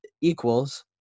equals